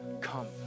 come